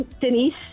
Denise